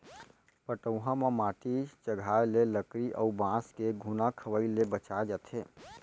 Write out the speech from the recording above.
पटउहां म माटी चघाए ले लकरी अउ बांस के घुना खवई ले बचाए जाथे